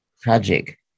tragic